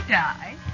die